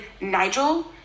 Nigel